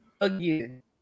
Again